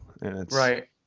Right